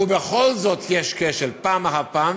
ובכל זאת יש כשל פעם אחר פעם,